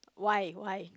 why why